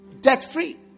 Debt-free